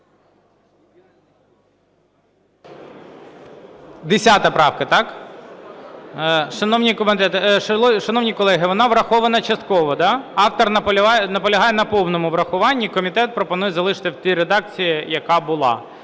10 правка, так? Шановні колеги, вона врахована частково, да? Автор наполягає на повному врахуванні. Комітет пропонує залишити в тій редакції, яка була.